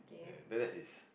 then that's his